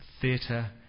theatre